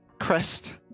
crest